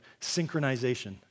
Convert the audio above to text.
synchronization